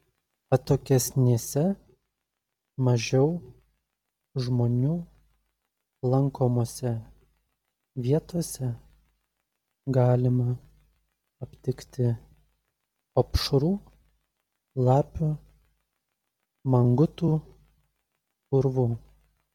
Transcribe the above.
atokesnėse mažiau žmonių lankomose vietose galima aptikti opšrų lapių mangutų urvų